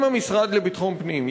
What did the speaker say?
אם המשרד לביטחון פנים,